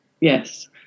Yes